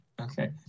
Okay